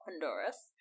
Honduras